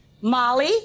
Molly